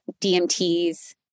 DMTs